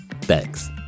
Thanks